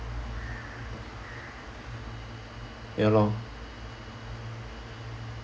ya lor